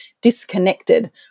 disconnected